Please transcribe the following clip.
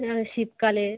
এরকম শীতকালে